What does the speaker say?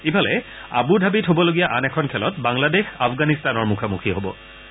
ইফালে আবুধাবিত হ'বলগীয়া আন এখন খেলত বাংলাদেশ আফগানিস্তানৰ মুখামুখি হ'ব